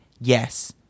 yes